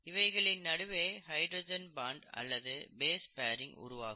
இவைகளின் நடுவே hydrogen bond அல்லது பேஸ் பேரிங் உருவாகும்